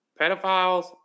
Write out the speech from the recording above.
pedophiles